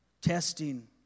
testing